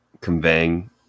conveying